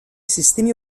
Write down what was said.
sistemi